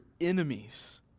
enemies